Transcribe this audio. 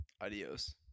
Adios